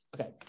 okay